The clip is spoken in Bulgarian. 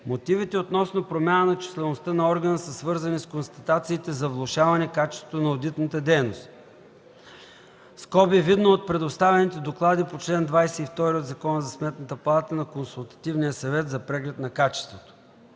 Мотивите относно промяна на числеността на органа са свързани с констатациите за влошаване качеството на одитната дейност (видно от предоставените доклади по чл. 22 от ЗСП на Консултативния съвет за преглед на качеството)